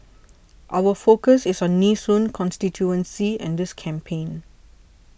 our focus is on Nee Soon constituency and this campaign